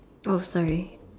oh sorry